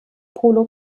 polo